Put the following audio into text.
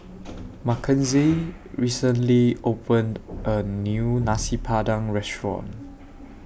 Mackenzie recently opened A New Nasi Padang Restaurant